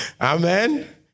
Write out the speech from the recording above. Amen